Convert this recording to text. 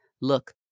Look